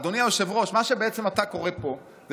אדוני היושב-ראש, מה שאתה קורא פה זה